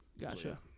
Gotcha